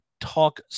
talk